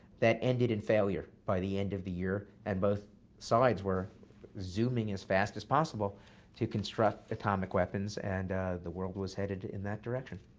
that ended in failure by the end of the year. and both sides were zooming as fast as possible to construct atomic weapons, and the world was headed in that direction.